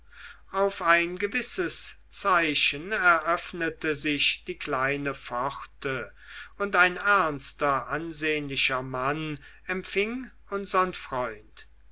auf ein gewisses zeichen eröffnete sich die kleine pforte und ein ernster ansehnlicher mann empfing unsern freund